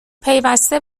پیوسته